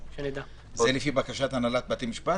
זה לפי בקשת הנהלת בתי המשפט?